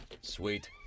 Sweet